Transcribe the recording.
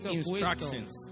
instructions